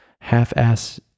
half-ass